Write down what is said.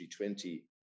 G20